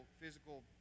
physical